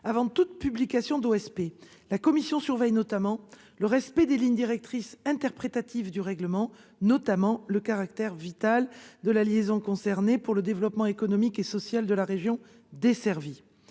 Avant toute publication d'OSP, la Commission surveille le respect des lignes directrices interprétatives du règlement, notamment le caractère vital de la liaison concernée pour le développement économique et social de la région desservie,